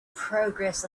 progress